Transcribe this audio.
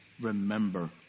remember